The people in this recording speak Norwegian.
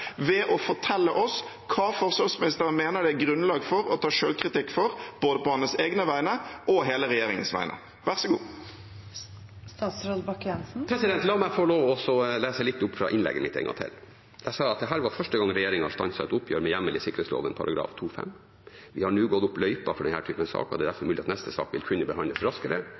ved å fortelle oss hva forsvarsministeren mener det er grunnlag for å ta selvkritikk for både på hans egne vegne og på hele regjeringens vegne. Vær så god! La meg få lov til å lese opp litt fra innlegget mitt en gang til. Jeg sa at dette var første gang regjeringen har stanset et oppgjør med hjemmel i sikkerhetsloven § 2-5. Vi har nå gått opp løypa for denne typen saker. Det er derfor mulig at neste sak vil kunne behandles raskere.